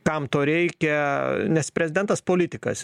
kam to reikia nes prezidentas politikas